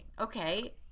Okay